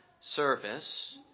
service